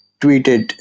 tweeted